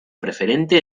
preferente